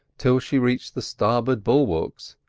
till she reached the starboard bulwarks,